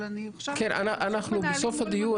אבל אני חושבת שפשוט --- אנחנו בסוף הדיון,